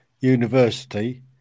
university